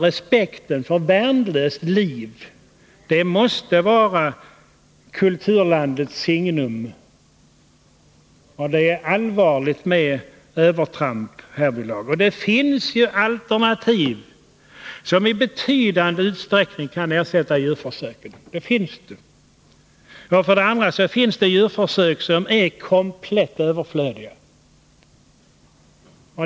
Respekten för värnlöst liv måste vara kulturlandets signum. Det är härvidlag allvarligt med övertramp. Det finns ju alternativ som i betydande utsträckning kan ersätta djurförsöken. Vidare förekommer det djurförsök som är komplett överflödiga.